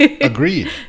Agreed